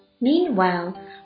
Meanwhile